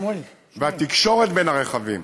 והתקשורת בין הרכבים,